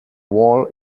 wall